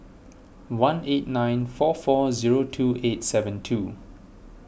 one eight nine four four zero two eight seven two